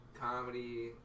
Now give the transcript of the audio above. comedy